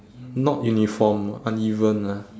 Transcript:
not uniform uneven lah